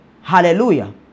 Hallelujah